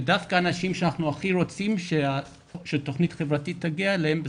שדווקא אנשים שאנחנו הכי רוצים שתוכנית חברתית תגיע אליהם,